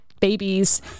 babies